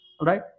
Right